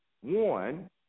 one